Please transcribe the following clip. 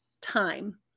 time